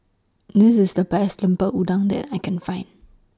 This IS The Best Lemper Udang that I Can Find